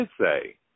say